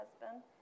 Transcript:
husband